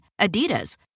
Adidas